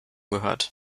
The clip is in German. gehört